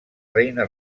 reina